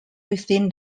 within